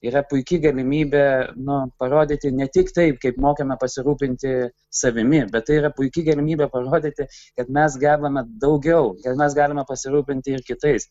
yra puiki galimybė nu parodyti ne tik taip kaip mokame pasirūpinti savimi bet tai yra puiki galimybė parodyti kad mes gebame daugiau kad mes galime pasirūpinti ir kitais